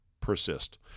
persist